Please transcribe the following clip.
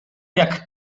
jak